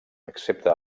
excepte